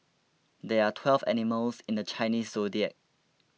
there are twelve animals in the Chinese zodiac